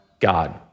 God